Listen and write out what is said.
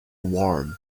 warm